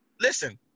Listen